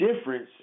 difference